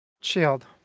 Shield